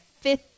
fifth